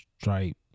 stripe